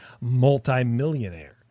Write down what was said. multi-millionaire